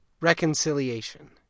reconciliation